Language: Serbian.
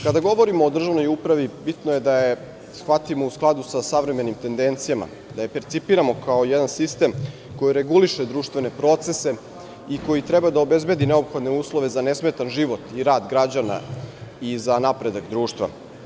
Kada govorimo o državnoj upravi, bitno je da je shvatimo u skladu sa savremenim tendencijama, da je percipiramo kao jedan sistem koji reguliše društvene procese i koji treba da obezbedi neophodne uslove za nesmetan život i rad građana i za napredak društva.